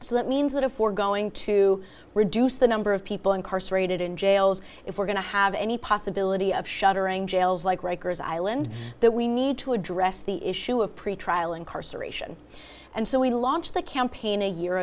so that means that a for going to reduce the number of people incarcerated in jails if we're going to have any possibility of shuttering jails like rikers island that we need to address the issue of pretrial incarceration and so we launched the campaign a year